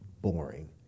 boring